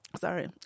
Sorry